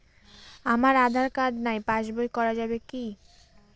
আমার আঁধার কার্ড নাই পাস বই করা যাবে কি?